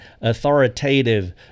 authoritative